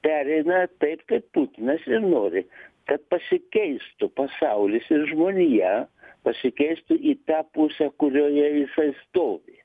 pereina taip kaip putinas ir nori kad pasikeistų pasaulis ir žmonija pasikeistų į tą pusę kurioje jisai stovi